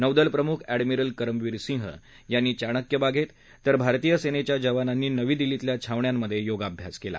नौदल प्रमुख एडमिरल करमवीर सिंह यांनी चाणक्य बागेत तर भारतीय सेनेच्या जवानांनी नवी दिल्लीतल्या छावण्यांमध्ये योगाभ्यास केला